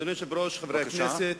אדוני היושב-ראש, חברי הכנסת,